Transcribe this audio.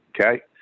Okay